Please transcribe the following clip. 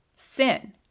sin